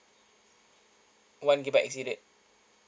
one gigabyte exceeded